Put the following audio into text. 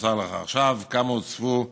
כמה הוצבו,